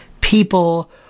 people